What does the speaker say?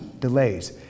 delays